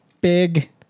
big